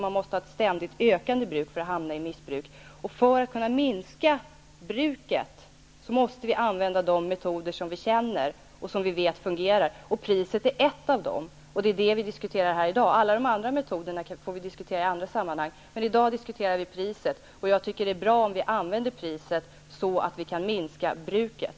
Man måste ha ett ständigt ökande bruk för att hamna i missbruk. För att kunna minska bruket måste vi använda de metoder som vi känner och som vi vet fungerar. Priset är en av de metoderna. Det är det vi diskuterar här i dag. Alla de andra metoderna får vi diskutera i andra sammanhang, men i dag diskuterar vi priset. Jag tycker att det är bra om vi använder priset så att vi kan minska bruket.